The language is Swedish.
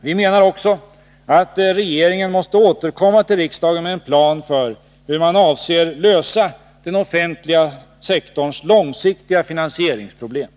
Vi menar också att regeringen måste återkomma till riksdagen med en plan för hur man avser att lösa den offentliga sektorns långsiktiga finansieringsproblem.